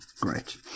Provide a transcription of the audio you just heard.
Great